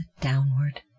downward